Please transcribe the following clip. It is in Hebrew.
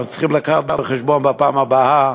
אנחנו צריכים להביא בחשבון בפעם הבאה